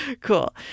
cool